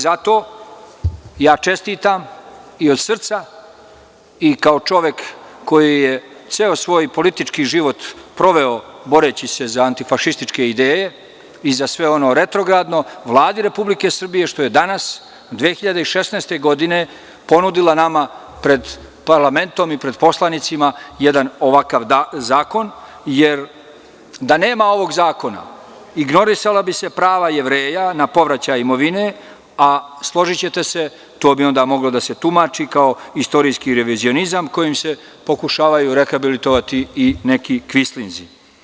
Zato ja čestitam i od srca i kao čovek koji je ceo svoj politički život proveo boreći se za antifašističke ideje i za sve ono retrogradno Vladi Republike Srbije što je danas 2016. godine ponudila nama pred parlamentom i pred poslanicima jedan ovakav zakon, jer da nema ovog zakona, ignorisala bi se prava Jevreja na povraćaj imovine, a složićete se, to bi onda moglo da se tumači kao istorijski revizionizam kojim se pokušavaju rehabilitovati i neki kvislinzi.